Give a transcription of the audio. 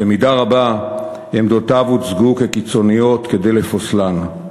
במידה רבה עמדותיו הוצגו כקיצוניות כדי לפוסלן.